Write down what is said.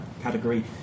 category